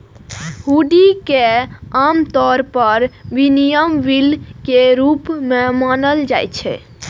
हुंडी कें आम तौर पर विनिमय बिल के रूप मे मानल जाइ छै